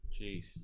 Jeez